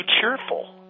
cheerful